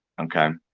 okay.